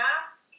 ask